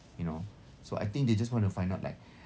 you know so I think they just want to find out like